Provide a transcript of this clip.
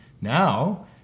Now